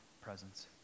presence